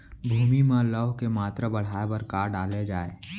भूमि मा लौह के मात्रा बढ़ाये बर का डाले जाये?